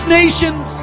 nations